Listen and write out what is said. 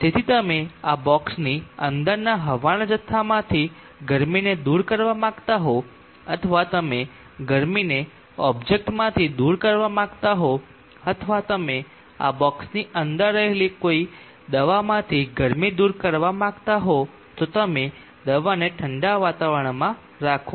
તેથી તમે આ બોક્સની અંદરના હવાના જથ્થામાંથી ગરમીને દૂર કરવા માંગતા હો અથવા તમે ગરમીને ઓબ્જેક્ટ માંથી દૂર કરવા માંગતા હો અથવા તમે આ બોક્સની અંદર રહેલી કોઈ દવામાંથી ગરમી દુર કરવા માગો તો તમે દવાને ઠંડા વાતાવરણમાં રાખો